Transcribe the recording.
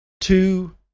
two